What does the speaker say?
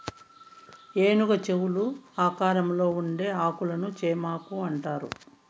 ఏనుగు చెవుల ఆకారంలో ఉండే ఆకులను చేమాకు అంటారు